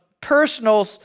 personal